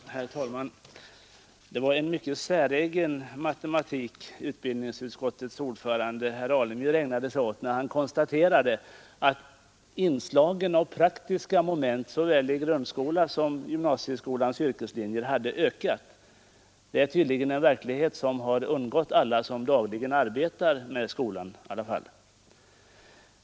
Herr talman! Det var en säregen matematik utbildningsutskottets ordförande herr Alemyr ägnade sig åt när han konstaterade att inslagen av praktiska moment såväl i grundskolan som på gymnasieskolans yrkeslinje har ökat. Det är tydligen en verklighet som har undgått alla som dagligen arbetar med skolan.